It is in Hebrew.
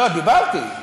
לא, דיברתי.